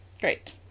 Great